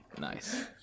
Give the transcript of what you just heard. nice